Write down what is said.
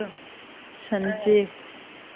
Sanjay